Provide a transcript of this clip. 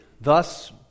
Thus